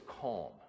calm